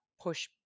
push